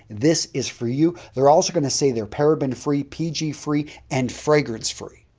this is for you. they're also going to say they're paraben-free, pg-free, and fragrance-free.